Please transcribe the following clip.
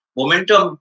momentum